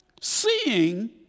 Seeing